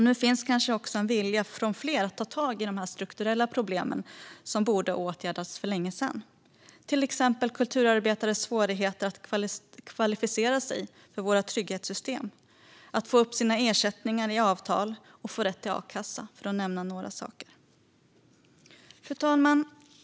Nu finns kanske också en vilja från fler att ta tag i de strukturella problem som borde ha åtgärdats för länge sedan, till exempel kulturarbetares svårigheter att kvalificera sig för våra trygghetssystem, att få upp sina ersättningar i avtal och att få rätt till a-kassa, för att nämna några saker. Fru talman!